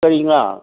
ꯀꯔꯤ ꯉꯥ